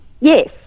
Yes